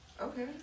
Okay